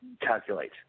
calculate